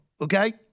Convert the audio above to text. okay